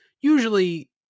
usually